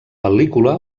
pel·lícula